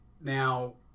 Now